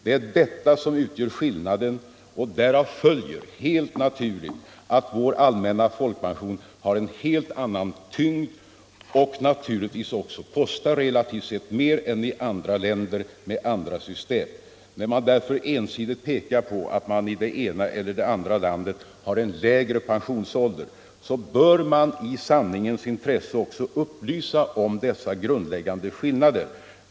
Det är detta som utgör skillnaden, och därav följer helt naturligt att vår allmänna folkpension har en annan tyngd, och också kostar relativt sett mer, än pensionerna i länder med andra system. När man därför ensidigt pekar på att det ena eller andra landet har en lägre pensionsålder än vi, bör man i sanningens intresse också upplysa om dessa grundläggande skillnader.